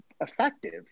effective